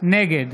נגד